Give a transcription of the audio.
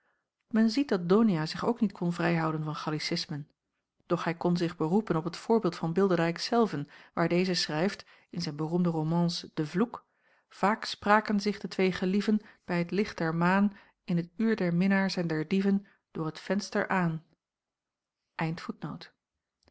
men ziet dat donia zich ook niet kon vrijhouden van gallicismen doch bij kon zich beroepen op het voorbeeld van bilderdijk zelven waar deze schrijft in zijn beroemde romance de vloek vaak spraken zich de twee gelieven bij t licht der maan in t uur der minnaars en der dieven door t venster